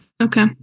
Okay